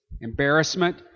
embarrassment